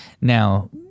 Now